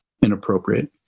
inappropriate